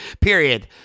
period